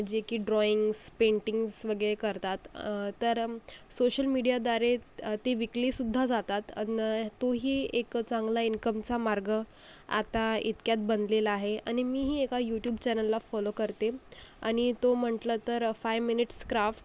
जे की drawings paintings वगैरे करतात तर सोशल मीडियाद्वारे ती विकलीसुद्धा जातात अन तोही एक चांगला इन्कमचा मार्ग आता इतक्यात बनलेला आहे आणि मीही एका यूट्युब चॅनलला फॉलो करते आणि तो म्हटलं तर फाईव्ह मिनिट्स क्राफ्ट